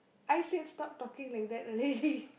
I say stop talking like that already